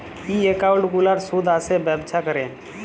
ই account গুলার সুদ আসে ব্যবছা ক্যরে